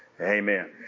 amen